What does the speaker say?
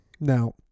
Now